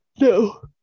no